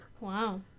Wow